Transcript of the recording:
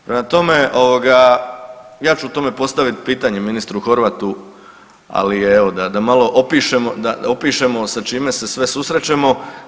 Prema tome, ovoga, ja ću o tome postaviti pitanje ministru Horvatu, ali evo da, da malo opišemo sa čime se sve susrećemo.